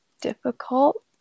difficult